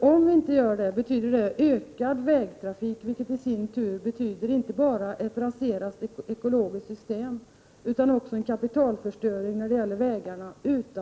Om vi inte gör det betyder det ökad vägtrafik, vilket i sin tur inte bara betyder ett raserat ekologiskt system utan också en kapitalförstöring utan like när det gäller vägarna.